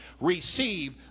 receive